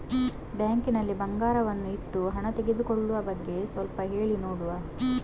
Bank ನಲ್ಲಿ ಬಂಗಾರವನ್ನು ಇಟ್ಟು ಹಣ ತೆಗೆದುಕೊಳ್ಳುವ ಬಗ್ಗೆ ಸ್ವಲ್ಪ ಹೇಳಿ ನೋಡುವ?